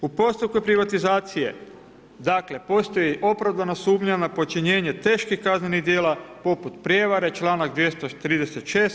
U postupku privatizacije, dakle postoji opravdana sumnja na počinjenje teških kaznenih djela poput prijevare, članak 236.